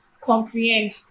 comprehend